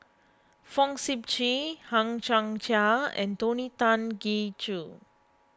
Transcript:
Fong Sip Chee Hang Chang Chieh and Tony Tan Keng Joo